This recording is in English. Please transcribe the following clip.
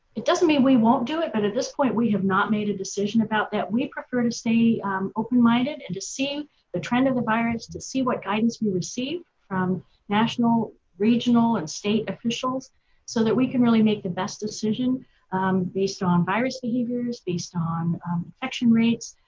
it doesn't mean we won't do it, but at this point we have not made a decision about that. we prefer to stay open-minded and to see the trend of the virus, to see what guidance we receive from national regional and state officials so that we can really make the best decision um based on virus behaviors, based on infection rates,